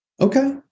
Okay